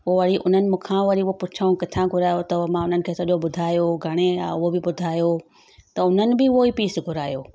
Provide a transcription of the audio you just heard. उअ वरी उननि मूंखा वरी उहा पुछऊं किथा घुरायो अथव मां उन्हनि खे सॼो ॿुधायो घणे आहे हूअ बि ॿुधायो त उननि बि हूअ ई पीस घुरायो